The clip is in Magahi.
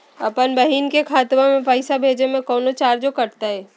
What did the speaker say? अपन बहिन के खतवा में पैसा भेजे में कौनो चार्जो कटतई?